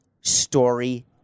story